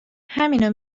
همینو